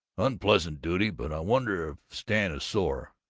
unpleasant duty, but i wonder if stan is sore?